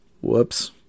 whoops